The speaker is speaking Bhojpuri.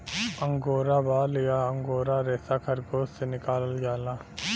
अंगोरा बाल या अंगोरा रेसा खरगोस से निकालल जाला